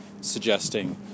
Suggesting